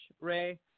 Ray